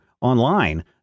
online